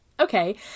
okay